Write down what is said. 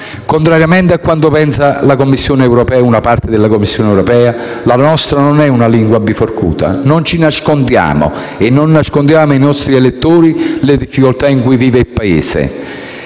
Contrariamente a quanto pensa la Commissione europea - o una parte di essa - la nostra non è una lingua biforcuta: non ci nascondiamo e non nascondiamo ai nostri elettori le difficoltà in cui vive il Paese,